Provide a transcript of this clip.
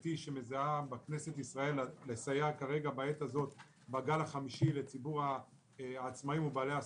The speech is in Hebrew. האמיתי שמזהה הכנסת לסייע בגל הזה לציבור בעלי העסקים.